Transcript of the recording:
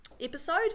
episode